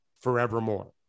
forevermore